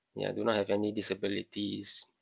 ya do not have any disabilities